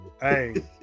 Hey